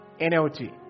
NLT